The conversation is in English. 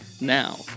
Now